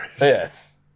yes